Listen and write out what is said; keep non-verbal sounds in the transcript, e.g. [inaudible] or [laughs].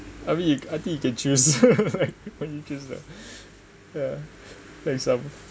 I mean I think you can choose [laughs] like what you choose like yeah like some